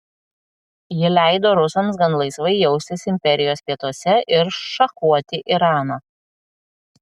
ji leido rusams gan laisvai jaustis imperijos pietuose ir šachuoti iraną